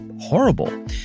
horrible